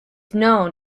known